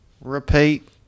repeat